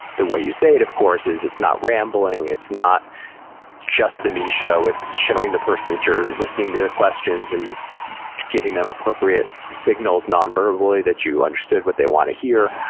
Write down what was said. the way you say it, of course, is, it's not rambling, it's not just the me show. it's showing the person that you're listening to their questions, and giving them appropriate signals non-verbally, that you understood what they want to hear.